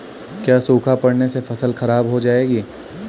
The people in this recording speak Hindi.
क्या सूखा पड़ने से फसल खराब हो जाएगी?